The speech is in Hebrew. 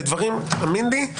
תאמין לי,